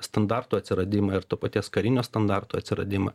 standartų atsiradimą ir to paties karinio standarto atsiradimą